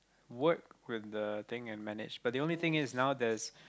work with the thing and manage but the only thing is now there's